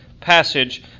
passage